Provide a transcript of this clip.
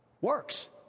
Works